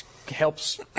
Helps